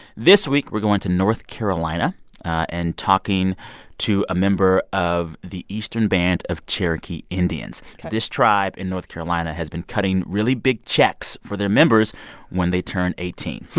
this week, we're going to north carolina and talking to a member of the eastern band of cherokee indians ok this tribe in north carolina has been cutting really big checks for their members when they turn eighteen.